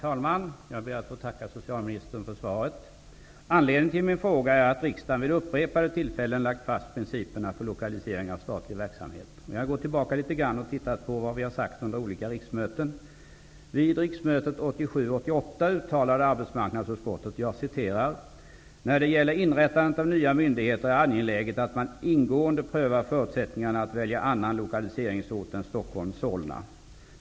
Herr talman! Jag ber att få tacka socialministern för svaret. Anledningen till min fråga är att riksdagen vid upprepade tillfällen har lagt fast principerna för lokalisering av statlig verksamhet. Jag har gått tillbaka och studerat vad som har sagts under olika riksmöten. Vid riksmötet 1987 Solna.